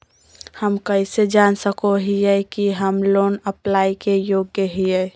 हम कइसे जान सको हियै कि हम लोन अप्लाई के योग्य हियै?